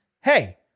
hey